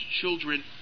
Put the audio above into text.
children